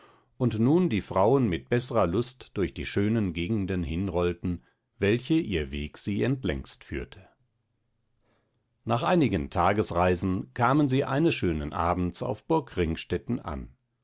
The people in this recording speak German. und nun die frauen mit beßrer lust durch die schönen gegenden hinrollten welche ihr weg sie entlängst führte nach einigen tagesreisen kamen sie eines schönen abends auf burg ringstetten an